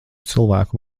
cilvēku